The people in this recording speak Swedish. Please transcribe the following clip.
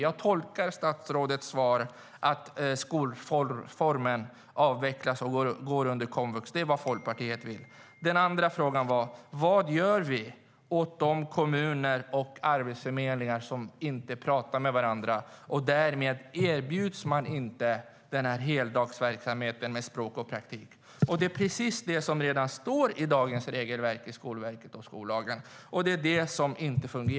Jag tolkar statsrådets svar som att skolformen sfi avvecklas och går in under komvux. Det är vad Folkpartiet vill. Den andra frågan är: Vad gör vi åt de kommuner och arbetsförmedlingar som inte pratar med varandra? Därmed erbjuds man ju inte någon heldagsverksamhet med språk och praktik. Det är precis detta som redan står i dagens regelverk för Skolverket och i skollagen, men det fungerar inte i dag.